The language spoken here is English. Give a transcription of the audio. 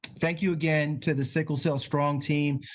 thank you again to the sickle cell strong team.